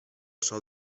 sòl